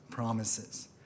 promises